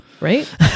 Right